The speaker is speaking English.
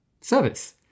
service